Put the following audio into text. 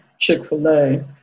Chick-fil-A